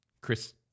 Chris